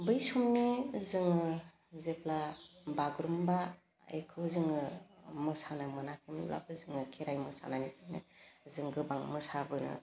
बै समनि जोङो जेब्ला बागुरुम्बा एखौ जोङो मोसानो मोनाखैमोनब्लाबो जोङो खेराइ मोसानायनिफ्रायनो जों गोबां मोसाबोनो